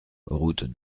route